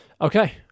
Okay